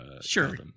sure